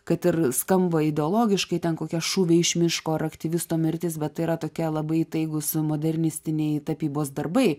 kad ir skamba ideologiškai ten kokie šūviai iš miško ar aktyvisto mirtis bet tai yra tokia labai įtaigūs a modernistiniai tapybos darbai